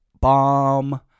Bomb